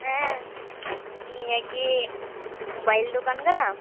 ᱦᱮᱸ ᱱᱤᱭᱟᱹ ᱠᱤ ᱢᱳᱵᱟᱭᱤᱞ ᱫᱚᱠᱟᱱ ᱠᱟᱱᱟ